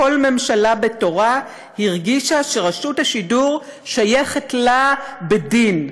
כל ממשלה בתורה הרגישה שרשות השידור שייכת לה בדין,